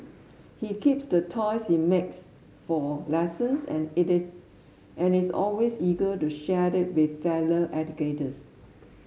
he keeps the toys he makes for lessons and it is and is always eager to share it with fellow educators